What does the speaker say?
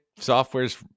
software's